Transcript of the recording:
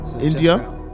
India